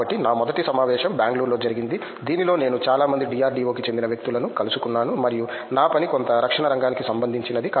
కాబట్టి నా మొదటి సమావేశం బెంగళూరులో జరిగింది దీనిలో నేను చాలా మంది DRDO కి చెందిన వ్యక్తులను కలుసుకున్నాను మరియు నా పని కొంత రక్షణ రంగానికి సంబంధించినది